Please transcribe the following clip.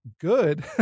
good